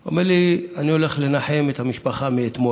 הוא אומר לי: אני הולך לנחם את המשפחה מאתמול.